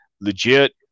legit